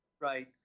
Right